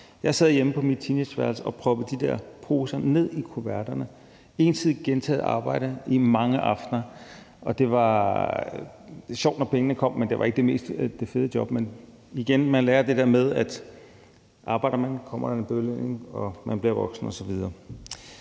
Jeg sad hjemme på mit teenageværelse og proppede de der poser ned i kuverterne. Det var ensidigt, gentaget arbejde i mange aftener. Det var sjovt, når pengene kom, men det var ikke det fedeste job. Men igen, man lærer det der med, at når man arbejder, kommer der en belønning, og man bliver voksen osv.